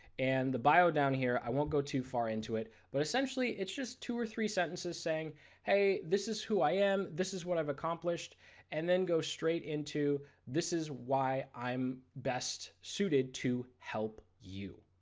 and the bio down here i won't go too far into it, but essentially its two or three sentences saying hey this is who i am, this is what i have accomplished and then go straight into this is why i'm best suited to help you,